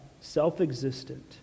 self-existent